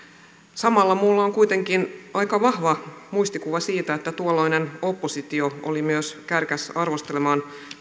samalla minulla on on kuitenkin aika vahva muistikuva siitä että tuolloinen oppositio oli myös kärkäs arvostelemaan